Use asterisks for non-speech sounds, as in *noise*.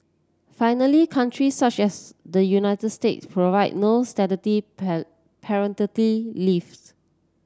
finally countries such as the United States provide no statutory *unintelligible* paternity leaves